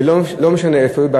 ולא משנה איפה היא,